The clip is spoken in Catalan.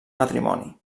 matrimoni